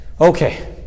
Okay